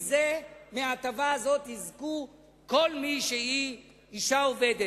מההטבה הזאת יזכו כל מי שהיא אשה עובדת.